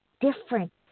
different